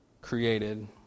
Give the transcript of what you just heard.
created